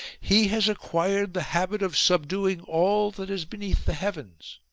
he has acquired the habit of subduing all that is beneath the heavens.